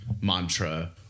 mantra